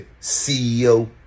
CEO